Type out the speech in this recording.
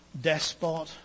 Despot